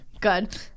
good